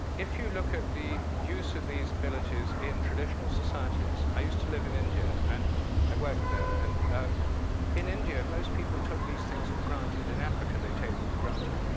if you look at the use of these abilities in traditional societies i used to live in india and i worked there. and um in india, most people took these things for granted, in africa, they take them for granted,